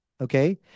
okay